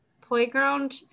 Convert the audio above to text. playground